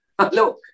hello